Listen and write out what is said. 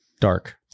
dark